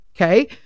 okay